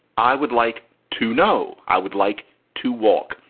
i would like to know. i would like to walk.